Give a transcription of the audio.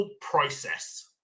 process